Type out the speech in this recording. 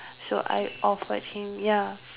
so I offered him ya